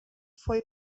foi